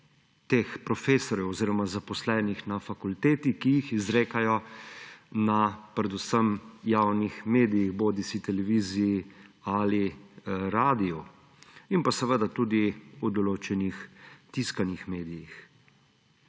teh profesorjev oziroma zaposlenih na fakulteti, ki jih izrekajo predvsem na javnih medijih, bodisi televiziji ali radiu, in pa seveda tudi v določenih tiskanih medijih?